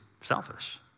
selfish